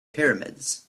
pyramids